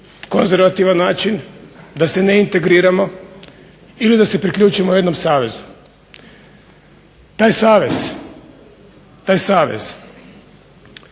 konzervativan način, da se ne integriramo ili da se priključimo jednom savezu. Taj savez smo